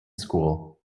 school